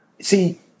See